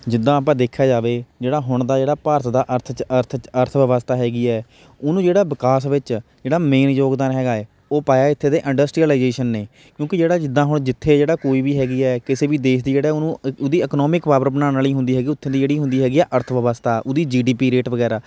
ਜਿੱਦਾਂ ਆਪਾਂ ਦੇਖਿਆ ਜਾਵੇ ਜਿਹੜਾ ਹੁਣ ਦਾ ਜਿਹੜਾ ਭਾਰਤ ਦਾ ਅਰਥ 'ਚ ਅਰਥ 'ਚ ਅਰਥ ਵਿਵਸਥਾ ਹੈਗੀ ਹੈ ਉਹਨੂੰ ਜਿਹੜਾ ਵਿਕਾਸ ਵਿੱਚ ਜਿਹੜਾ ਮੇਨ ਯੋਗਦਾਨ ਹੈਗਾ ਹੈ ਉਹ ਪਾਇਆ ਹੈ ਇੱਥੇ ਦੇ ਇੰਡਸਟਰੀਲਾਈਜੇਸ਼ਨ ਨੇ ਕਿਉਂਕਿ ਜਿਹੜਾ ਜਿੱਦਾਂ ਹੁਣ ਜਿੱਥੇ ਜਿਹੜਾ ਕੋਈ ਵੀ ਹੈਗੀ ਹੈ ਕਿਸੇ ਵੀ ਦੇਸ਼ ਦੀ ਜਿਹੜਾ ਉਹਨੂੰ ਉਹਦੀ ਇਕਨੋਮਿਕ ਪਾਵਰ ਬਣਾਉਣ ਵਾਲੀ ਹੁੰਦੀ ਹੈਗੀ ਉੱਥੇ ਦੀ ਜਿਹੜੀ ਹੁੰਦੀ ਹੈਗੀ ਹੈ ਅਰਥ ਵਿਵਸਥਾ ਉਹਦੀ ਜੀ ਡੀ ਪੀ ਰੇਟ ਵਗੈਰਾ